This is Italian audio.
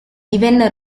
divenne